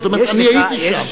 זאת אומרת, אני הייתי שם.